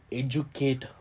educate